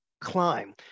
climb